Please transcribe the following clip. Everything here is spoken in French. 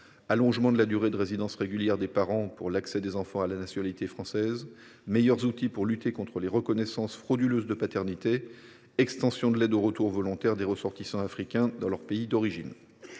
l’allongement de la durée de résidence régulière des parents pour permettre l’accès des enfants à la nationalité française, l’amélioration des outils pour lutter contre les reconnaissances frauduleuses de paternité ou l’encore l’extension de l’aide au retour volontaire des ressortissants africains dans leur pays d’origine.